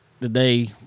today